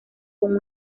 con